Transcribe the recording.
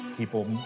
people